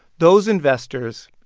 those investors,